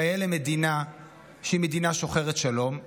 כיאה למדינה שהיא מדינה שוחרת שלום,